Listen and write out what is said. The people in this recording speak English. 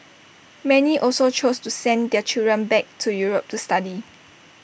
many also chose to send their children back to Europe to study